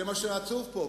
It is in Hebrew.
זה מה שעצוב פה,